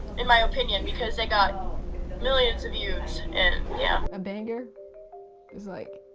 in my opinion, because they got millions of views and yeah. a banger is like.